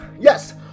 yes